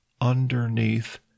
underneath